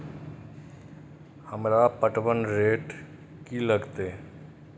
हमरा पटवन रेट की लागते?